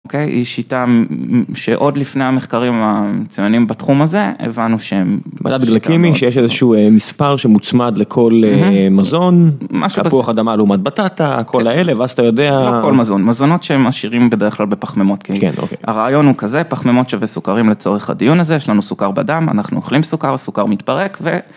אוקיי, היא שיטה שעוד לפני המחקרים המצוינים בתחום הזה, הבנו שהם... -מדד גליקמי, שיש איזשהו מספר שמוצמד לכל מזון, תפוח אדמה לעומת בטטה, כל האלה, ואז אתה יודע... -לא כל מזון, מזונות שהם עשירים בדרך כלל בפחמימות, כאילו. הרעיון הוא כזה: פחמימות = סוכרים לצורך הדיון הזה, יש לנו סוכר בדם, אנחנו אוכלים סוכר, הסוכר מתפרק ו...